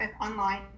online